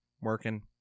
working